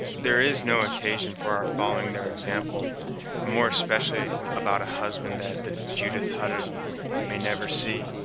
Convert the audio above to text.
there is no occasion for our following their example, and more especially about a husband that this judith hutter may never see,